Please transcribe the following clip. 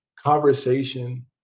conversation